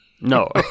No